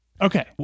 Okay